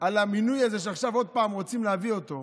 על המינוי הזה, שעכשיו עוד פעם רוצים להביא אותו,